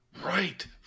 Right